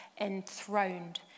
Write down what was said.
enthroned